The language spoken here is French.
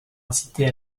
inciter